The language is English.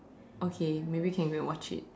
okay maybe can go and watch it